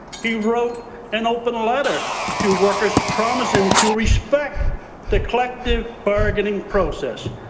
he wrote an open letter to workers promising to respect the collective bargaining process.